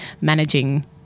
managing